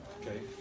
okay